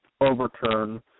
overturn